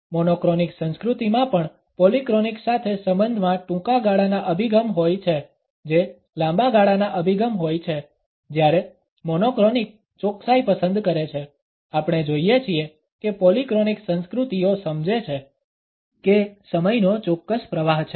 monochronic સંસ્કૃતિમાં પણ polychronic સાથે સંબંધમાં ટૂંકા ગાળાના અભિગમ હોય છે જે લાંબા ગાળાના અભિગમ હોય છે જ્યારે મોનોક્રોનિક ચોકસાઈ પસંદ કરે છે આપણે જોઈએ છીએ કે પોલીક્રોનિક સંસ્કૃતિઓ સમજે છે કે સમયનો ચોક્કસ પ્રવાહ છે